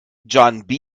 duschanbe